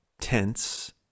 tense